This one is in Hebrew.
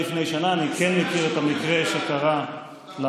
אני לא מכיר את המקרה שקרה לפני שנה.